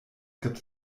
gibt